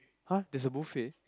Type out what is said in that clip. !huh! that's a buffet